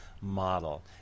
model